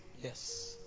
Yes